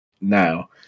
now